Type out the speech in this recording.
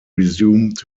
resumed